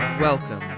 Welcome